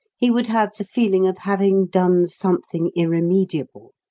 he would have the feeling of having done something irremediable,